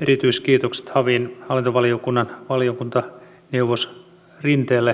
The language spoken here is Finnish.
erityiskiitokset havin hallintovaliokunnan valiokuntaneuvos rinteelle